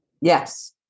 Yes